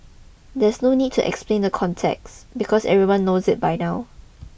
there's no need to explain the context because everyone knows it by now